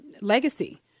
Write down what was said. legacy